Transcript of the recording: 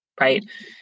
right